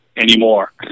anymore